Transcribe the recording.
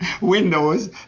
windows